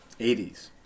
80s